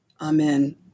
Amen